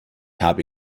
habe